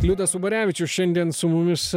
liudas ubarevičius šiandien su mumis